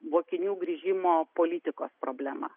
mokinių grįžimo politikos problemą